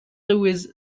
louis